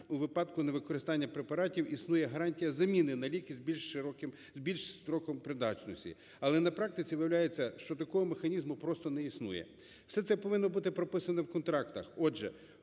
у випадку невикористання препаратів існує гарантія заміни на ліки з більшим строком придатності. Але на практиці виявляється, що такого механізму просто не існує. Все це повинно бути прописано в контрактах. Отже,